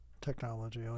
technology